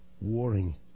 warring